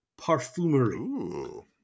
Parfumery